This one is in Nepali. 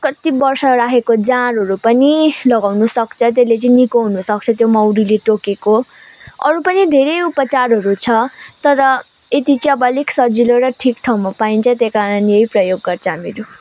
कति वर्ष राखेको जाँडहरू पनि लगाउनुसक्छ त्यसले चाहिँ निको हुनसक्छ त्यो मौरीले टोकेको अरू पनि धेरै उपचारहरू छ तर यति चाहिँ अब अलिक सजिलो र ठिक ठाउँमा पाइन्छ र त्यही कारण यो प्रयोग गर्छौँ हामीहरू